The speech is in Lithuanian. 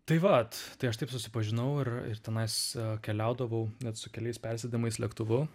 tai vat tai aš taip susipažinau ir ir tenais keliaudavau net su keliais persėdimais lėktuvu